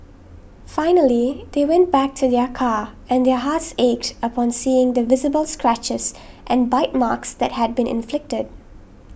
finally they went back to their car and their hearts ached upon seeing the visible scratches and bite marks that had been inflicted